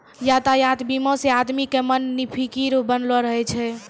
यातायात बीमा से आदमी के मन निफिकीर बनलो रहै छै